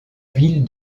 ville